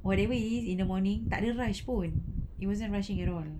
whatever it is in the morning tak ada rush pun he wasn't rushing at all